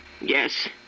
Yes